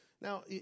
Now